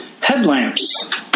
headlamps